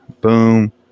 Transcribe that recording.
Boom